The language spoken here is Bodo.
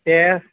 दे